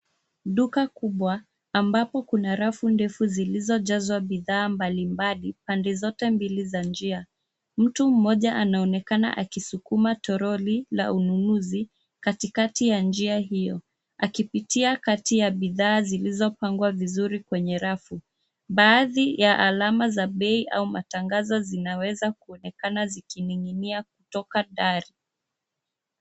Duka kubwa ambapo kuna rafu ndefu zilizojazwa bidhaa mbalimbali pande zote mbili za njia. Mtu mmoja anaonekana akisukuma toroli la ununuzi katikati ya njia hiyo akipitia kati ya bidhaa zilizopangwa vizuri kwenye rafu. Baadhi ya alama za bei au matangazo zinaweza kuonekana zikining'inia kutoka dari.